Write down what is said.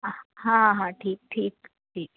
हाँ हाँ ठीक ठीक